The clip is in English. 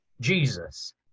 Jesus